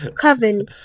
Coven